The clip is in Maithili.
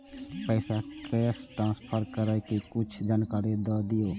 पैसा कैश ट्रांसफर करऐ कि कुछ जानकारी द दिअ